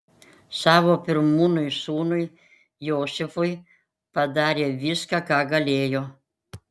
savo pirmūnui sūnui josifui padarė viską ką galėjo